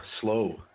slow